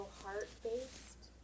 heart-based